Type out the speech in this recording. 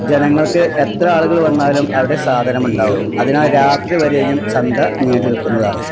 ജനങ്ങള്ക്ക് എത്ര ആളുകള് വന്നാലും അവിടെ സാധനം ഉണ്ടാകും അതിനാല് രാത്രി വരെയും ചന്ത നീണ്ടു നില്ക്കുന്നതാണ്